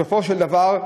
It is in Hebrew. בסופו של דבר,